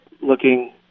looking